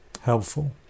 helpful